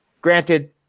Granted